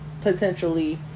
potentially